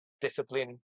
discipline